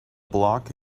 block